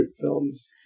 films